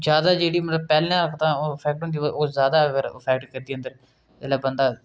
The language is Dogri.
जैदा जेह्ड़ी मतलब पैह्लें ओह् तां इफैक्ट होंदी जैदा इफैक्ट करदी अंदर जेल्लै बंदा